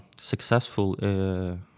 successful